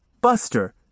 Buster